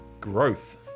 growth